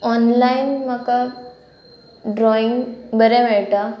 online म्हाका drawing बरें मेळटा